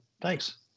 thanks